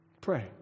Pray